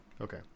Okay